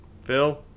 Phil